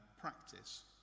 practice